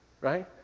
right